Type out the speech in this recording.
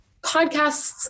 podcasts